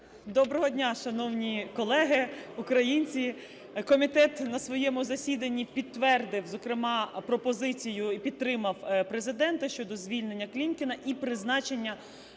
Доброго дня, шановні колеги, українці! Комітет на своєму засіданні підтвердив, зокрема пропозицію, і підтримав Президента щодо звільнення Клімкіна і призначення